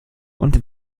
und